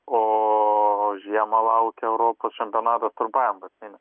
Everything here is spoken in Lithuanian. o žiemą laukia europos čempionatas trumpajam baseine